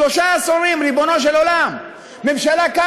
שלושה עשורים, ריבונו של עולם.